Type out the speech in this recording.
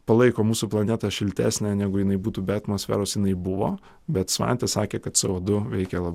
palaiko mūsų planetą šiltesnę negu jinai būtų be atmosferos jinai buvo bet svantė sakė kad c o du veikia